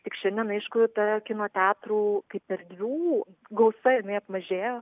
tik šiandien aišku ta kino teatrų kaip erdvių gausa apmažėjo